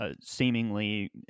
seemingly